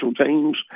teams